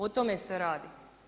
O tome se radi.